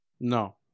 No